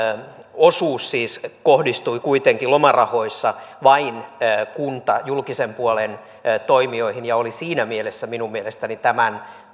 osuus siis kohdistui kuitenkin lomarahoissa vain kunta ja julkisen puolen toimijoihin ja oli siinä mielessä tämän